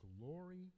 glory